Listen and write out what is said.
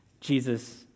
Jesus